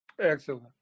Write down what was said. Excellent